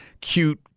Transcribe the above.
cute